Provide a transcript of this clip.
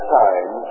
time